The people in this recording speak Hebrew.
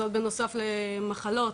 שאלת למה העיכובים.